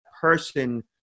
person